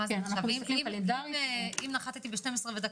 אם נחתי ב-24:01